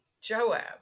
Joab